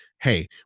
hey